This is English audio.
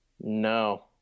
No